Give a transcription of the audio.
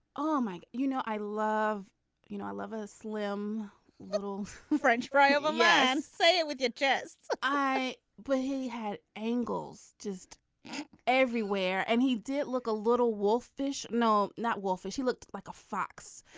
oh my you know i love you know i love a slim little french fry man say it with your chest i wish he had angles just everywhere and he did look a little wolf fish. no not wolf. she looked like a fox.